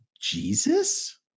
Jesus